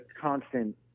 constant